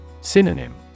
Synonym